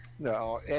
No